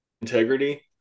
integrity